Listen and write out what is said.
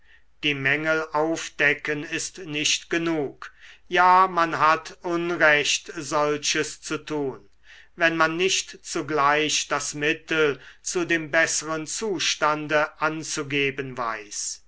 die mängel aufdecken ist nicht genug ja man hat unrecht solches zu tun wenn man nicht zugleich das mittel zu dem besseren zustande anzugeben weiß